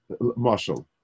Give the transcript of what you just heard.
Marshall